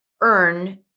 earn